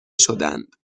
شدند